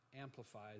amplifies